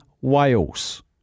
Wales